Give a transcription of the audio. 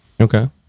Okay